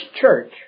church